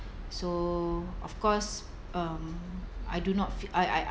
so of course um I do not feel I I